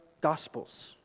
gospels